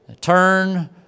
turn